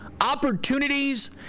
opportunities